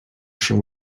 się